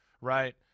right